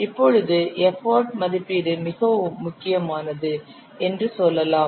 இப்பொழுது எஃபர்ட் மதிப்பீடு மிகவும் முக்கியமானது என்று சொல்லலாம்